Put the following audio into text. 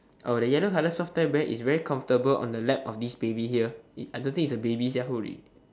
oh the yellow colour soft toy bear is very comfortable on the lap of this baby here I don't think it's a baby sia holy